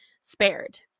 spared